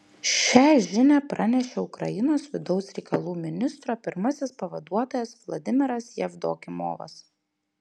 šią žinią pranešė ukrainos vidaus reikalų ministro pirmasis pavaduotojas vladimiras jevdokimovas